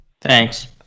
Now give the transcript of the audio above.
Thanks